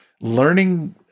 Learning